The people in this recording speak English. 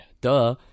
Duh